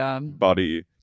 body